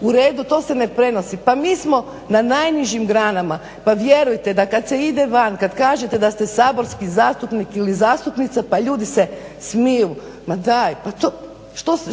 u redu to se ne prenosi. Pa mi smo na najnižim granama. Pa vjerujte da kad se ide van kad kažete da ste saborski zastupnik ili zastupnica pa ljudi se smiju. Ma daj! Pa to,